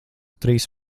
trīs